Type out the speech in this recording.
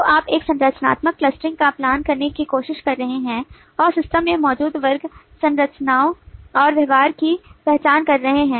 तो आप एक संरचनात्मक क्लस्टरिंग का पालन करने की कोशिश कर रहे हैं और सिस्टम में मौजूद वर्ग संरचनाओं और व्यवहारों की पहचान कर रहे हैं